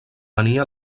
venia